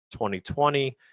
2020